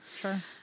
sure